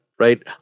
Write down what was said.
right